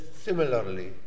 similarly